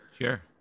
Sure